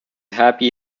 happy